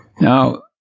Now